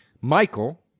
Michael